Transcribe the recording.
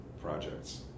projects